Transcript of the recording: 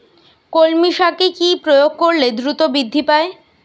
কলমি শাকে কি প্রয়োগ করলে দ্রুত বৃদ্ধি পায়?